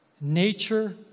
Nature